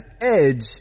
Edge